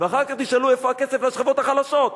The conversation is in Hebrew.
ואחר כך תשאלו איפה הכסף לשכבות החלשות,